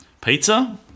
Pizza